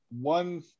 one